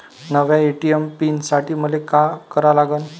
नव्या ATM pin साठी मले का करा लागन?